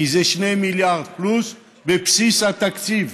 כי זה 2 מיליארד פלוס בבסיס התקציב,